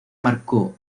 marcó